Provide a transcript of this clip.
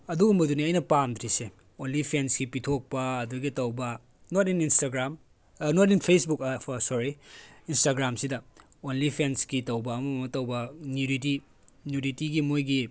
ꯑꯗꯨꯒꯨꯝꯕꯗꯨꯅꯤ ꯑꯩꯅ ꯄꯥꯝꯗ꯭ꯔꯤꯁꯦ ꯑꯣꯡꯂꯤ ꯐꯦꯟꯁꯀꯤ ꯄꯤꯊꯣꯛꯄ ꯑꯗꯨꯒꯤ ꯇꯧꯕ not in Instagram not in Facebook sorry ꯏꯟꯁꯇꯥꯒ꯭ꯔꯥꯝꯁꯤꯗ ꯑꯣꯡꯂꯤ ꯐꯦꯟꯁꯀꯤ ꯇꯧꯕ ꯑꯃ ꯑꯃ ꯇꯧꯕ ꯅ꯭ꯌꯨꯗꯤꯇꯤ ꯅ꯭ꯌꯨꯗꯤꯇꯤꯒꯤ ꯃꯣꯏꯒꯤ